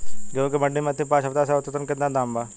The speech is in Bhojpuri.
गेंहू के मंडी मे अंतिम पाँच हफ्ता से औसतन केतना दाम बा?